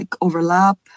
overlap